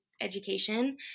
education